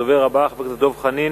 הדובר הבא, חבר הכנסת דב חנין